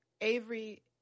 Avery